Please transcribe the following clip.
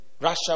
Russia